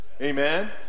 amen